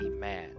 man